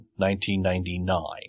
1999